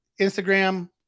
Instagram